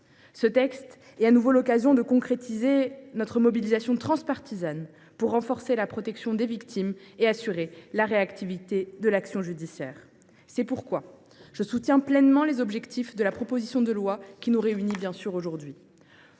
Ce texte est de nouveau l’occasion de concrétiser notre mobilisation transpartisane pour renforcer la protection des victimes et assurer la réactivité de l’action judiciaire. C’est pourquoi je soutiens pleinement les objectifs de la proposition de loi que nous examinons aujourd’hui.